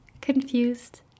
confused